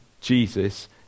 Jesus